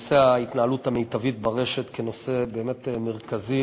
נושא ההתנהלות המיטבית ברשת כנושא באמת מרכזי